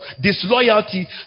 disloyalty